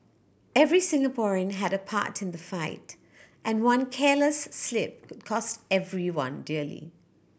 every Singaporean had a part in the fight and one careless slip could cost everyone dearly